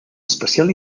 especial